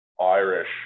Irish